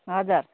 हजुर